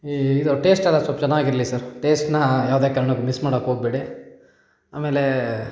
ಇದು ಟೇಸ್ಟ್ ಎಲ್ಲ ಸ್ವಲ್ಪ ಚೆನ್ನಾಗಿರ್ಲಿ ಸರ್ ಟೇಸ್ಟ್ನ ಯಾವುದೇ ಕಾರ್ಣಕ್ಕೂ ಮಿಸ್ ಮಾಡೋಕೆ ಹೋಗ್ಬೇಡಿ ಆಮೇಲೆ